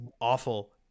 awful